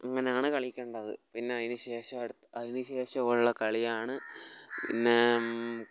അങ്ങനെയാണ് കളിക്കേണ്ടത് പിന്നെ അതിന് ശേഷം അടു അതിനുശേഷം ഉള്ള കളിയാണ് പിന്നെ